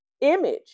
image